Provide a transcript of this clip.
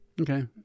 okay